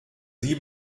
sie